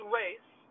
race